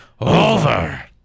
over